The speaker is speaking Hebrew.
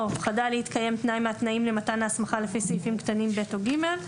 או חדל להתקיים תנאי מהתנאים למתן ההסמכה לפי סעיפים קטנים (ב) או (ג),